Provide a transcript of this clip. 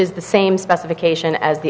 is the same specification as the